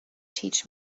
teach